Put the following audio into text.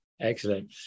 Excellent